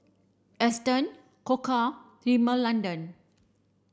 Astons Koka Rimmel London